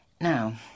Now